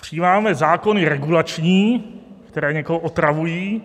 Přijímáme zákony regulační, které někoho otravují.